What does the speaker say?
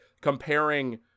comparing